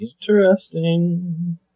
interesting